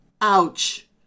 ouch